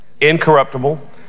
incorruptible